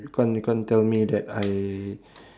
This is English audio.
you can't you can't tell me that I